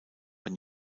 ein